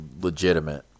legitimate